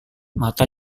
mata